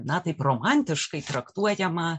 na taip romantiškai traktuojamą